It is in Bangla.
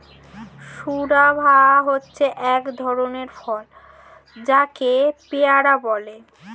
গুয়াভা হচ্ছে এক ধরণের ফল যাকে পেয়ারা বলে